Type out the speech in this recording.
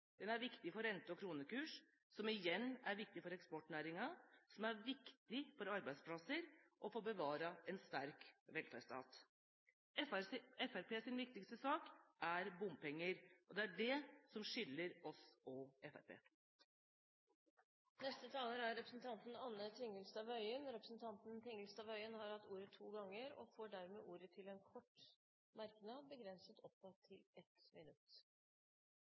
Den er viktig for rente- og kronekurs, som igjen er viktig for eksportnæringen, som er viktig for arbeidsplasser og for å bevare en sterk velferdsstat. Fremskrittspartiets viktigste sak er bompenger, og det er det som skiller oss og Fremskrittspartiet. Representanten Anne Tingelstad Wøien har hatt ordet to ganger tidligere og får ordet til en kort merknad, begrenset til 1 minutt.